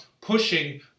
pushing